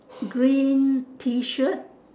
green t-shirt